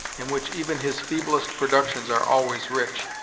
in which even his feeblest productions are always rich,